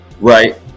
right